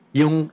yung